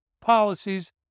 policies